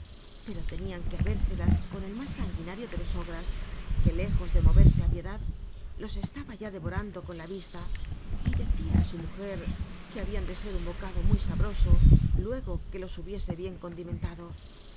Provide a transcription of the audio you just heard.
pero lcnian que habérselas con el rnús sanguinario de los ogras que léjos de morersc j piedad los estaba ya devorando con la risla y decía á su muj r lll habian de ser un bocado muy sabroso luego que los hubiese bien condimentado